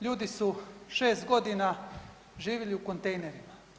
Ljudi su 6 godina živjeli u kontejnerima.